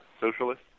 socialist